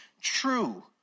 true